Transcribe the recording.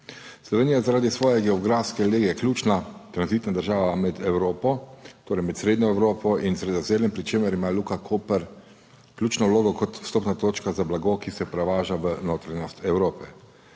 Slovenija je zaradi svoje geografske lege ključna tranzitna država med Evropo, torej med srednjo Evropo in Sredozemljem, pri čemer ima Luka Koper ključno vlogo kot vstopna točka za blago, ki se prevaža v notranjost Evrope.